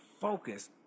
focus